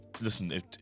listen